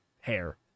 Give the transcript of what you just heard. hair